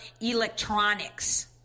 electronics